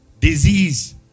Disease